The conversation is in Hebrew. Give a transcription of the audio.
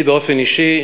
אני באופן אישי,